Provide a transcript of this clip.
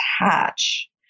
attach